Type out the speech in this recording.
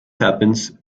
happens